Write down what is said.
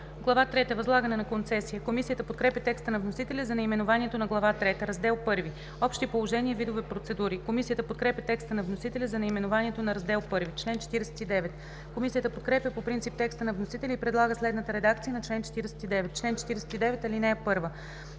трета – Възлагане на концесия“. Комисията подкрепя текста на вносителя за наименованието на Глава трета. „Раздел І – Общи положения. Видове процедури“. Комисията подкрепя текста на вносителя за наименованието на Раздел І. Комисията подкрепя по принцип текста на вносителя и предлага следната редакция на чл. 49: „Чл. 49. (1)